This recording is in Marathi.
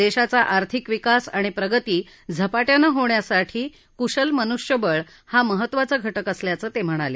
देशाचा आर्थिक विकास आणि प्रगती झपाट्यानं होण्यासाठी कुशल मनुष्यबळ हा महत्वाचा घटक असल्याचं ते म्हणाले